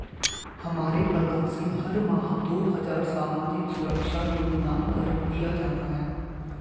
हमारे पगार से हर माह दो हजार सामाजिक सुरक्षा योगदान कर लिया जाता है